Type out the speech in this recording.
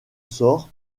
sort